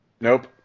Nope